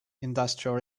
industrial